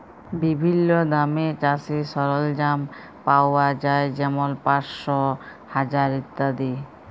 বিভিল্ল্য দামে চাষের সরল্জাম পাউয়া যায় যেমল পাঁশশ, হাজার ইত্যাদি